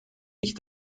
ich